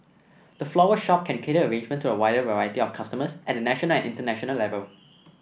the floral shop can cater arrangement to a wider variety of customers at a national and international level